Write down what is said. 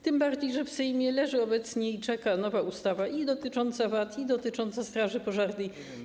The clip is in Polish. Tym bardziej że w Sejmie leży obecnie i czeka nowa ustawa dotycząca VAT i dotycząca straży pożarnej.